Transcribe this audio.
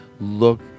look